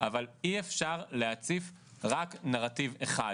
אבל אי אפשר להציף רק נרטיב אחד,